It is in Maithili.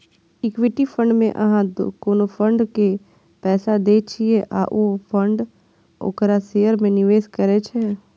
इक्विटी फंड मे अहां कोनो फंड के पैसा दै छियै आ ओ फंड ओकरा शेयर मे निवेश करै छै